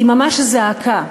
היא ממש זעקה,